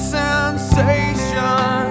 sensation